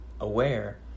aware